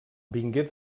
vingué